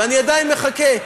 ואני עדיין מחכה.